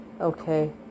okay